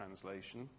translation